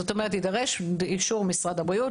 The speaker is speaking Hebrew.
זאת אומרת יידרש אישור משרד הבריאות,